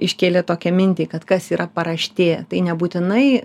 iškėlė tokią mintį kad kas yra paraštė tai nebūtinai